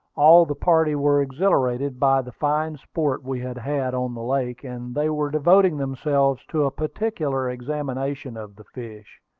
all the party were exhilarated by the fine sport we had had on the lake, and they were devoting themselves to a particular examination of the fish.